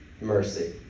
mercy